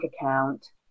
account